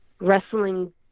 Wrestling